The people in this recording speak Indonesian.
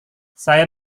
saya